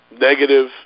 negative